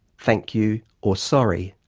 thank you or sorry,